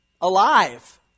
alive